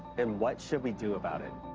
and what should we do about it?